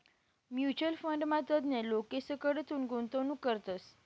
mutual फंडमा तज्ञ लोकेसकडथून गुंतवणूक करतस